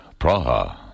Praha